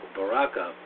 Baraka